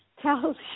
tells